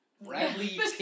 Bradley